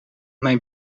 mijn